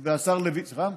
סליחה?